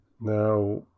Now